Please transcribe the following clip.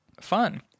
fun